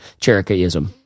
Cherokeeism